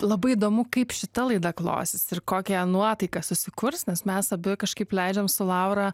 labai įdomu kaip šita laida klosis ir kokią nuotaiką susikurs nes mes abi kažkaip leidžiam su laura